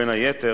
בין היתר,